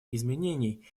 изменений